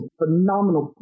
phenomenal